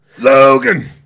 Logan